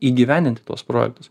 įgyvendinti tuos projektus